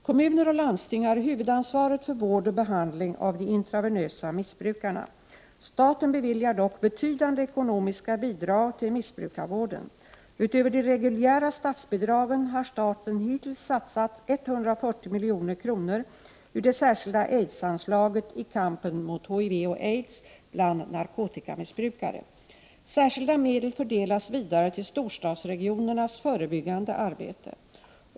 Kommuner och landsting har huvudansvaret för vård och behandling av de intravenösa missbrukarna. Staten beviljar dock betydande ekonomiska bidrag till missbrukarvården. Utöver de reguljära statsbidragen har staten hittills satsat 140 milj.kr. ur det särskilda aids-anslaget i kampen mot HIV och aids bland narkotikamissbrukare. Särskilda medel fördelas vidare till storstadsregionernas förebyggande arbete.